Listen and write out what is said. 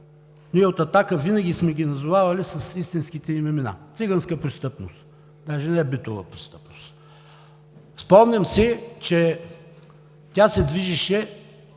ние от „Атака“ винаги сме ги назовавали, с истинските им имена – циганска престъпност, не битова престъпност. Спомняме си, че тя се движеше